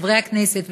חברי הכנסת,